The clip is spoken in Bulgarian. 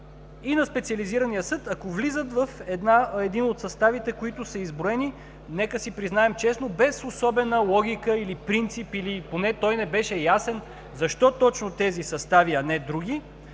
и на Специализирания съд, ако влизат в един от съставите, които са изброени, нека си признаем честно, без особена логика или принцип, или поне той не беше ясен – защо точно тези състави, а не други,